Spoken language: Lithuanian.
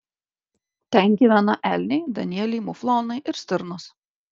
ten gyvena elniai danieliai muflonai ir stirnos